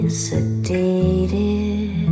sedated